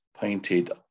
painted